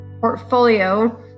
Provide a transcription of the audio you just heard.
portfolio